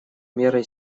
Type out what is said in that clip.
мерой